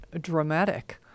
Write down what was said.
dramatic